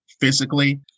physically